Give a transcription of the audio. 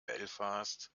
belfast